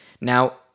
Now